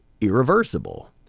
irreversible